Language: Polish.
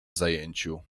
zajęciu